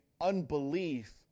unbelief